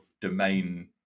domain